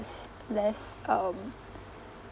less um